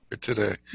today